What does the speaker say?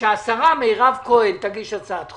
שהשרה מירב כהן תגיש הצעת החוק,